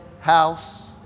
house